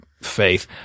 faith